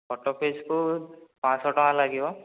photo fees କୁ ପାଞ୍ଚଶହ ଟଙ୍କା ଲାଗିବ